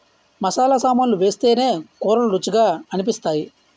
మసాలా సామాన్లు వేస్తేనే కూరలు రుచిగా అనిపిస్తాయి